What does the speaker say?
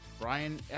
Brian